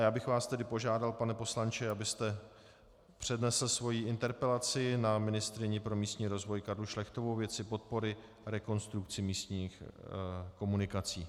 Já bych vás tedy požádal, pane poslanče, abyste přednesl svoji interpelaci na ministryni pro místní rozvoj Karlu Šlechtovou ve věci podpory rekonstrukce místních komunikací.